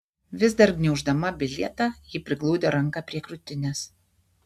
vis dar gniauždama bilietą ji priglaudė ranką prie krūtinės